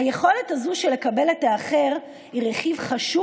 היכולת הזאת לקבל את האחר היא רכיב חשוב